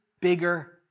bigger